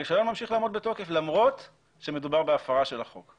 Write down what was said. הרישיון ממשיך לעמוד בתוקף למרות שמדובר בהפרה של החוק.